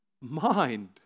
mind